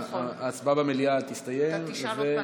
מצביעה אין עלייך,